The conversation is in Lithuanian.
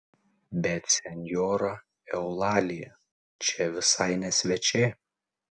bet senjora eulalija čia visai ne svečiai